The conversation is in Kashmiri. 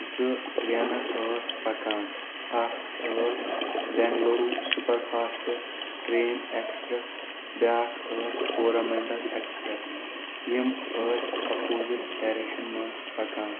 زٕ ٹرینہٕ ٲس پکان اکھ ٲس Bengaluru super fast train express بیٛاکھ ٲس کورامنڈل اٮ۪کٕس پریس یِم ٲس اپوزِٹ ڈایریکشن منٛز پکان